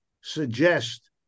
suggest